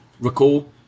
recall